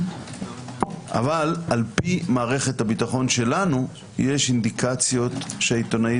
אבל על פי מערכת הביטחון שלנו יש אינדיקציות שהעיתונאית